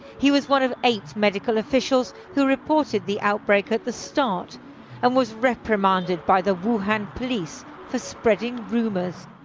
he was one of eight medical officials who reported the outbreak at the start and was reprimanded by the who had police for spreading rumors